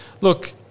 Look